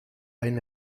einen